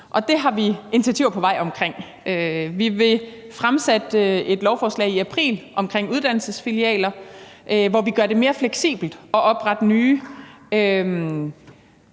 det har vi initiativer på vej til. Vi vil fremsætte et lovforslag i april omkring uddannelsesfilialer, hvor vi gør det mere fleksibelt at oprette nye,